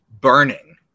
burning